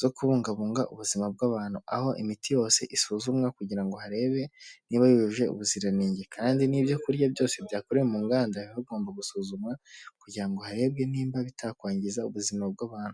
zo kubungabunga ubuzima bw'abantu, aho imiti yose isuzumwa kugira ngo harebe niba yujuje ubuziranenge kandi n'ibyo kurya byose byakorewe mu nganda biba bigomba gusuzumwa kugira ngo harebwe nimba bitakwangiza ubuzima bw'abantu.